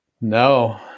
No